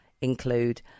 include